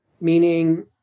meaning